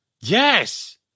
Yes